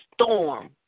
storm